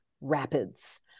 rapids